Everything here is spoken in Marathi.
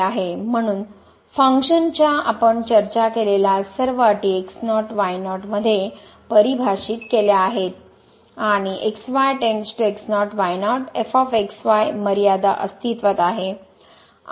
म्हणून फंक्शन च्या आपण चर्चा केलेल्या सर्व अटी x0 y0 मध्ये परिभाषित केल्या आहेत आणि मर्यादा अस्तित्त्वात आहे